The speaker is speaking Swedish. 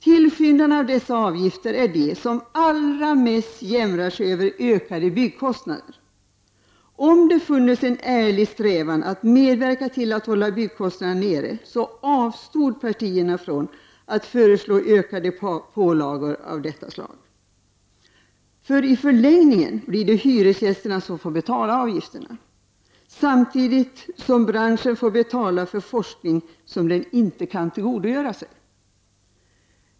Tillskyndarna av dessa avgifter är de som allra mest jämrar sig över ökade byggkostnader. Om det funnes en ärlig strävan att medverka till att hålla byggkostnaderna nere, avstod partierna från att föreslå ökade pålagor av detta slag. För i förlängningen blir det hyresgästerna som får betala avgifterna, samtidigt som branschen får betala för forskning som den inte kan tillgodogöra sig.